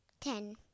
Ten